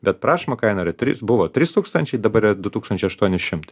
bet prašoma kaina yra trys buvo trys tūkstančiai dabar yra du tūkstančiai aštuoni šimtai